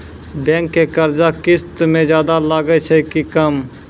Bank के कर्जा किस्त मे ज्यादा लागै छै कि कम?